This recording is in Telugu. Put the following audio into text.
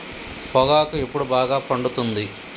పొగాకు ఎప్పుడు బాగా పండుతుంది?